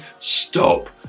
Stop